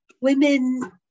women